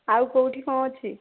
ଆଉ କେଉଁଠି କ'ଣ ଅଛି